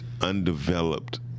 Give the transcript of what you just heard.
undeveloped